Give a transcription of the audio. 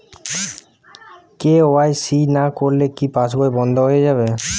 KYC না করলে কি পাশবই বন্ধ হয়ে যাবে?